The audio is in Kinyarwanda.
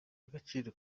agaciro